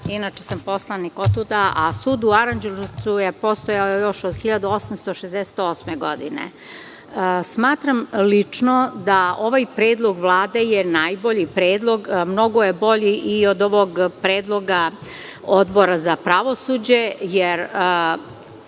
inače sam poslanik otuda, a sud u Aranđelovcu je postojao još od 1868. godine. Lično smatram, da ovaj predlog Vlade je najbolji predlog, mnogo je bolji i od ovog predloga Odbora za pravosuđe, jer